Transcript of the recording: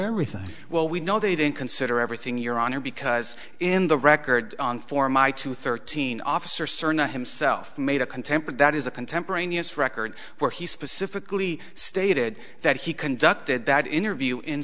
everything well we know they didn't consider everything your honor because in the record on for my two thirteen officer crna himself made a contempt that is a contemporaneous record where he specifically stated that he conducted that interview in